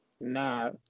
Nah